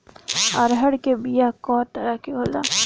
अरहर के बिया कौ तरह के होला?